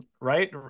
right